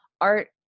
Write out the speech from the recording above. art